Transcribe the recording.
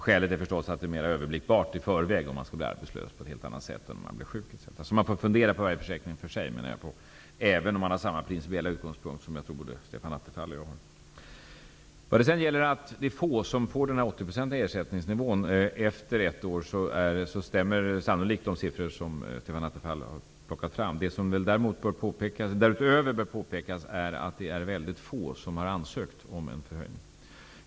Skälet är förstås att det på ett helt annat sätt i förväg är mera överblickbart om man skall bli arbetslös än om man skall bli sjuk. Jag menar att man får fundera på varje försäkring för sig, även om utgångspunkten är densamma -- och så tror jag att det är med Stefan Attefall och mig. När det sedan gäller de få som får 80 % ersättning efter ett år stämmer sannolikt de siffror som Stefan Attefall har plockat fram. Därutöver bör det nog påpekas att det är väldigt få som har ansökt om en förhöjning.